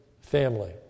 family